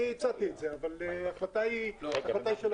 אני הצעתי את זה אבל ההחלטה היא שלכם.